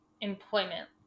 employment